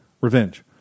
revenge